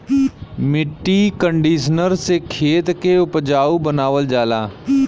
मट्टी कंडीशनर से खेत के उपजाऊ बनावल जाला